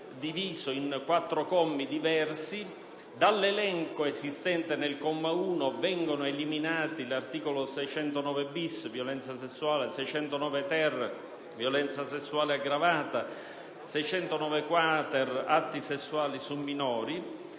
dall'elenco esistente nel comma 1 vengono eliminati l'articolo 609-*bis* (violenza sessuale), 609-*ter* (violenza sessuale aggravata) e 609-*quater* (atti sessuali su minori).